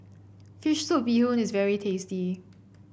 fish soup Bee Hoon is very tasty